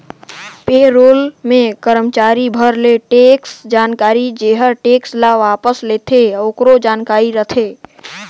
पे role मे करमाचारी भर के टेक्स जानकारी जेहर टेक्स ल वापस लेथे आकरो जानकारी रथे